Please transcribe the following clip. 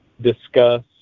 discuss